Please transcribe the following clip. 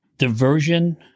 diversion